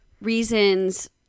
reasons